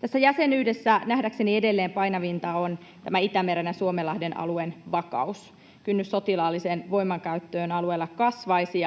Tässä jäsenyydessä nähdäkseni edelleen painavinta on Itämeren ja Suomenlahden alueen vakaus. Kynnys sotilaalliseen voimankäyttöön alueella kasvaisi,